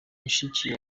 mushiki